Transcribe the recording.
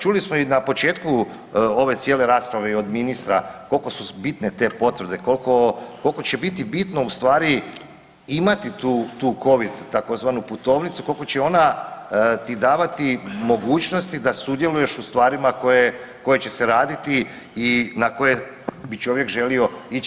Čuli smo i na početku ove cijele rasprave i od ministra koliko su bitne te potvrde, koliko će biti bitno ustvari imati tu COVID tzv. putovnicu, koliko će ona ti davati mogućnosti da sudjeluješ u stvarima koje će se raditi i na koje bi čovjek želio ići.